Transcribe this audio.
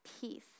peace